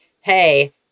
hey